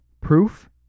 Proof